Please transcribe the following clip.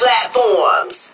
platforms